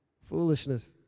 foolishness